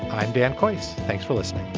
i'm dan quayle. thanks for listening